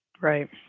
right